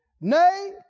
nay